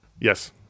Yes